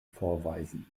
vorweisen